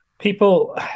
people